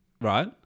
right